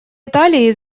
италии